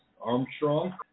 Armstrong